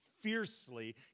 fiercely